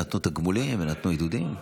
נתנו תגמולים ונתנו עידודים.